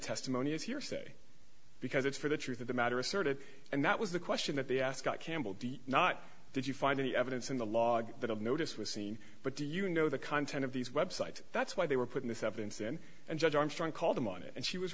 testimony is hearsay because it's for the truth of the matter asserted and that was the question that the ascot campbell de not did you find any evidence in the log that i've noticed was seen but do you know the content of these websites that's why they were put in this evidence then and judge armstrong called them on it and she was